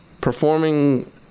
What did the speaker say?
performing